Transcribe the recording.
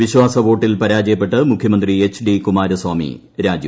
വിശ്വാസ വോട്ടിൽ പരാജയപ്പെട്ട് മുഖ്യമന്ത്രി എച്ച് ഡി കുമാരസ്വാമി രാജിവച്ചു